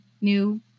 new